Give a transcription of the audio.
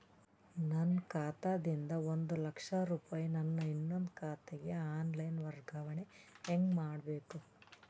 ನನ್ನ ಖಾತಾ ದಿಂದ ಒಂದ ಲಕ್ಷ ರೂಪಾಯಿ ನನ್ನ ಇನ್ನೊಂದು ಖಾತೆಗೆ ಆನ್ ಲೈನ್ ವರ್ಗಾವಣೆ ಹೆಂಗ ಮಾಡಬೇಕು?